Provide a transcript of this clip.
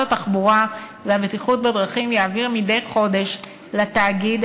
התחבורה והבטיחות בדרכים יעביר מדי חודש לתאגיד,